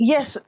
Yes